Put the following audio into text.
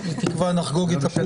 אבל הפיקוח